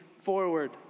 forward